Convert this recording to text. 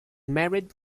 married